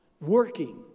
working